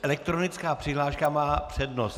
Elektronická přihláška má přednost.